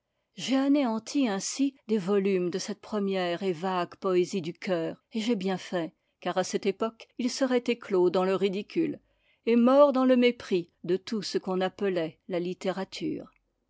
j'ai anéanti ainsi des volumes de cette première et vague poésie du cœur et j'ai bien fait car à cette époque ils seraient éclos dans le ridicule et morts dans le mépris de tout ce qu'on appelait la littérature